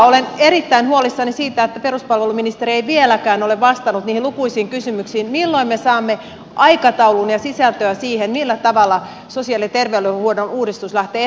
olen erittäin huolissani siitä että peruspalveluministeri ei vieläkään ole vastannut niihin lukuisiin kysymyksiin milloin me saamme aikataulun ja sisältöä siihen millä tavalla sosiaali ja terveydenhuollon uudistus lähtee eteenpäin